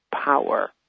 power